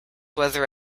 whether